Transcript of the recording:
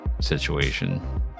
situation